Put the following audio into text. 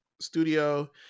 studio